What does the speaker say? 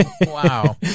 Wow